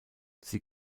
sie